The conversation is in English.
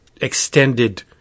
Extended